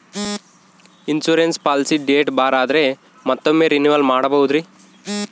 Insurance policy date bar ಆದರೆ ಮತ್ತೊಮ್ಮೆ renewal ಮಾಡಬಹುದ್ರಿ?